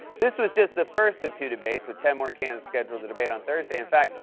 this was just the first of two debates, with ten more candidates scheduled to debate on thursday. in fact,